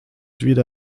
wieder